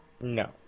No